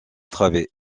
travée